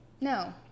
No